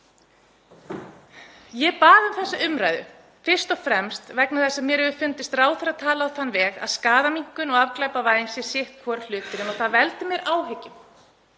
Ég bað um þessa umræðu fyrst og fremst vegna þess að mér hefur fundist ráðherra tala á þann veg að skaðaminnkun og afglæpavæðing sé sitthvor hluturinn og það veldur mér áhyggjum